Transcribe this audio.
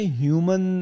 human